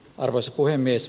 arvoisa puhemies